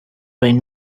been